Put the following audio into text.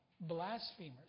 blasphemers